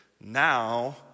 now